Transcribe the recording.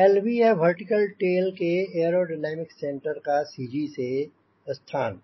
lv है vertical tail के aerodynamic center का CG से स्थान